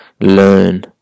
learn